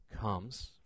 comes